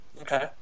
Okay